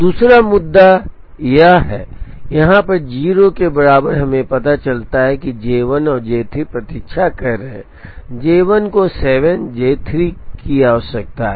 दूसरा मुद्दा यह है यहाँ पर 0 के बराबर हमें पता चलता है कि J 1 और J 3 प्रतीक्षा कर रहे हैं J 1 को 7 J 3 की आवश्यकता है